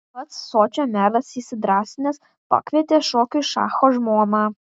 pats sočio meras įsidrąsinęs pakvietė šokiui šacho žmoną